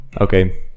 Okay